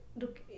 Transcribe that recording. look